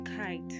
height